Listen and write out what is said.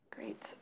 Great